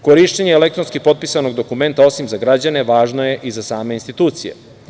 Korišćenje elektronski potpisanog dokumenta osim za građane važna je i za same institucije.